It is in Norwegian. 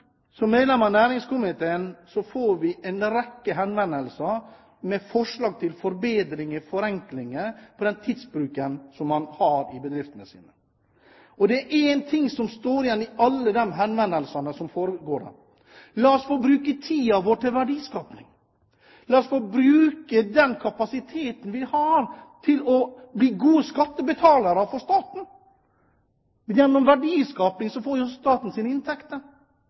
Som medlemmer av næringskomiteen får vi en rekke henvendelser med forslag til forbedringer og forenklinger når det gjelder den tidsbruken man har i bedriftene. Og det er én ting som går igjen i alle disse henvendelsene: La oss få bruke tiden vår til verdiskaping, la oss få bruke den kapasiteten vi har, til å bli gode skattebetalere for staten! Gjennom verdiskaping får jo staten sine inntekter.